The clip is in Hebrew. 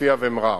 עוספיא ומע'אר.